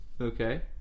okay